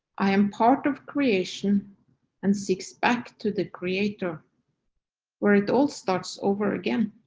i am part of creation and seeks back to the creator where it all starts over again.